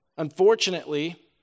Unfortunately